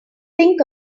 think